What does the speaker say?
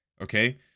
Okay